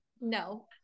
no